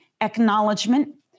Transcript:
acknowledgement